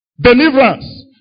deliverance